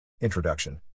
Introduction